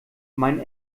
mein